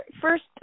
first